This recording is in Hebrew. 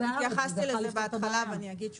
התייחסתי לזה בהתחלה ואני אגיד שוב: